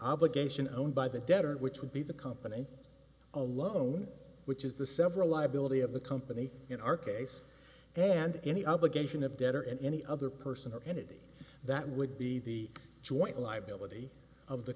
obligation owned by the debtor which would be the company alone which is the several liability of the company in our case and any obligation of debtor and any other person or entity that would be the joint liability of the